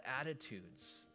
attitudes